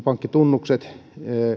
pankkitunnukset